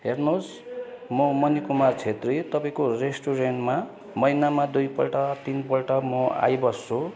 हेर्नु होस् म मणि कुमार छेत्री तपाईँको रेस्टुरेन्टमा महिनामा दुइपल्ट तिनपल्ट म आइबस्छु